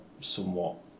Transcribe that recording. somewhat